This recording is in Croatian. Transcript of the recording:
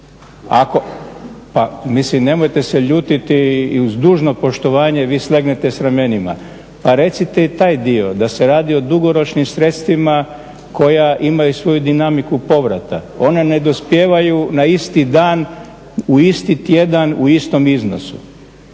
Mislim, nemojte se ljutiti i uz dužno poštovanje, vi slegnite s ramenima. Recite i taj dio da se radi o dugoročnim sredstvima koja imaju svoju dinamiku povrata, one ne dospijevaju na isti dan, u isti tjedan, u istom iznosu.